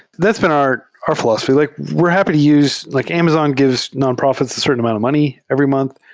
that's been our our philosophy. like we're happy to use like amazon gives nonprofits a certain amount of money every month,